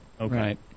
Okay